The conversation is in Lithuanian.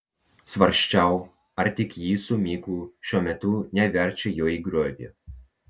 svarsčiau ar tik ji su miku šiuo metu neverčia jo į griovį